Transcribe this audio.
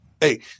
Hey